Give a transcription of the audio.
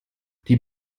die